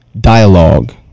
dialogue